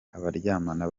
abaryamana